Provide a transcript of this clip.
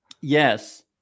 Yes